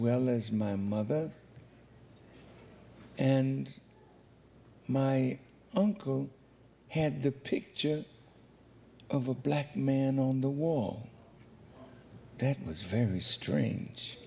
well as my mother and my uncle had the picture of a black man on the wall that was very strange